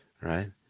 right